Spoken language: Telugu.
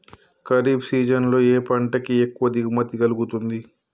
ఖరీఫ్ సీజన్ లో ఏ పంట కి ఎక్కువ దిగుమతి కలుగుతుంది?